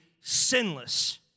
sinless